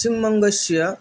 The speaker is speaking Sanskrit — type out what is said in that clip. पश्चिमवङ्गस्य